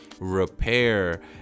repair